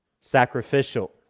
sacrificial